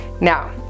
Now